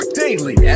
daily